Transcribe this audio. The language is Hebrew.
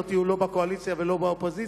עכשיו אתם לא תהיו בקואליציה ולא באופוזיציה,